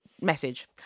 message